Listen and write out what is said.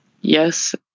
Yes